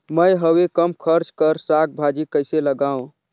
मैं हवे कम खर्च कर साग भाजी कइसे लगाव?